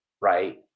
right